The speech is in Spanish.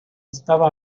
estaba